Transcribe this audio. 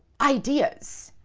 ideas.